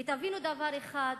ותבינו דבר אחד,